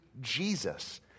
Jesus